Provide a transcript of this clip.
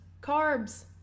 carbs